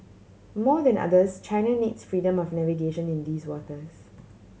more than others China needs freedom of navigation in these waters